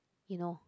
you know